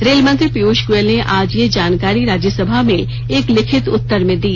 rail मंत्री पीयूष गोयल ने आज यह जानकारी राज्यसभा में एक लिखित उत्तर में दी